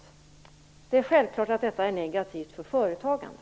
Det är självklart att det är negativt för företagandet.